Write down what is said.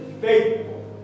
faithful